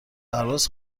پرواز